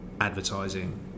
advertising